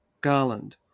Garland